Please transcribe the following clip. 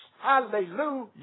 Hallelujah